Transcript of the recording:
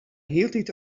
hieltyd